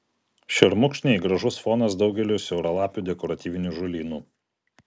šermukšniai gražus fonas daugeliui siauralapių dekoratyvinių žolynų